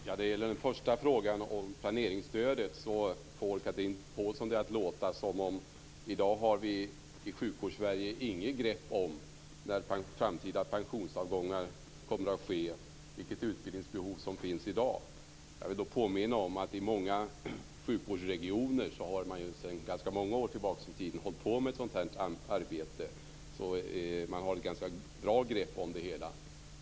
Herr talman! När det gäller den första frågan om planeringsstödet får Chatrine Pålsson det att låta som om vi i dagens Sjukvårdssverige inte har något grepp om när framtida pensionsavgångar kommer att ske och vilket utbildningsbehov som finns. Jag vill då påminna om att man i många sjukvårdsregioner sedan ganska många år tillbaka har hållit på med sådant här arbete. Man har alltså ett ganska bra grepp om det hela.